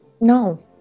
no